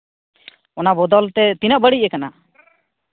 ᱚᱱᱟ ᱵᱚᱫᱚᱞᱛᱮ ᱛᱤᱱᱟᱹᱜ ᱵᱟᱹᱲᱤᱡ ᱟᱠᱟᱱᱟ